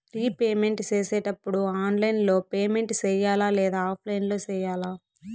repayment సేసేటప్పుడు online లో payment సేయాలా లేదా ఆఫ్లైన్ లో సేయాలా